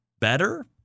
better